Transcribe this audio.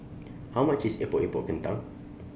How much IS Epok Epok Kentang